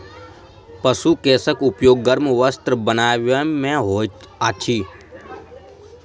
पशु केशक उपयोग गर्म वस्त्र बनयबा मे होइत अछि